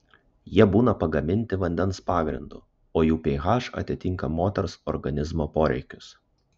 jie būna pagaminti vandens pagrindu o jų ph atitinka moters organizmo poreikius